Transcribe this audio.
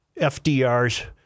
FDR's